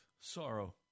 sorrow